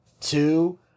Two